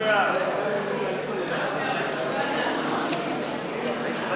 הצעת סיעת העבודה